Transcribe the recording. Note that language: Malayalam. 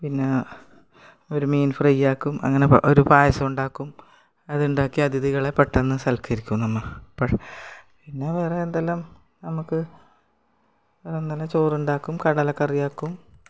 പിന്നെ ഒരു മീൻ ഫ്രൈയാക്കും അങ്ങനെ ഒരു പായസം ഉണ്ടാക്കും അതുണ്ടാക്കി അതിഥികളെ പെട്ടെന്ന് സത്ക്കരിക്കും നമ്മൾ പിന്നെ വേറെ എന്തെല്ലാം നമുക്ക് എന്താണ് ചോറുണ്ടാക്കും കടലക്കറിയാക്കും